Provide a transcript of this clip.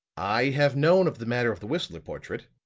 i have known of the matter of the whistler portrait,